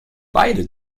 beide